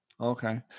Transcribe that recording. okay